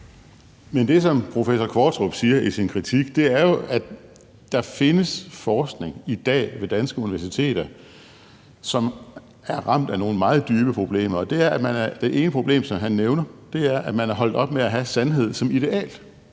Men det, som professor Qvortrup siger i sin kritik, er jo, at der findes forskning i dag ved danske universiteter, som er ramt af nogle meget dybe problemer. Det ene problem, som han nævner, er, at man er holdt op med at have sandhed som ideal.